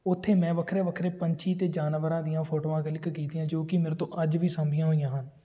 ਉੱਥੇ ਮੈਂ ਵੱਖਰੇ ਵੱਖਰੇ ਪੰਛੀ ਅਤੇ ਜਾਨਵਰਾਂ ਦੀਆਂ ਫੋਟੋਆਂ ਕਲਿੱਕ ਕੀਤੀਆਂ ਜੋ ਕਿ ਮੇਰੇ ਤੋਂ ਅੱਜ ਵੀ ਸਾਂਭੀਆਂ ਹੋਈਆਂ ਹਨ